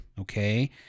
okay